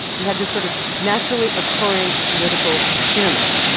you had this sort of naturally occurring political experiment.